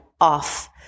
off